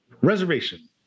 Reservation